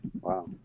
Wow